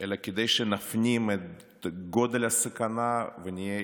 אלא כדי שנפנים את גודל הסכנה ונהיה